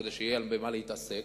כדי שיהיה במה להתעסק,